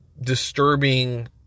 disturbing